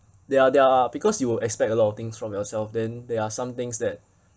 there are there are because you expect a lot of things from yourself then there are some things that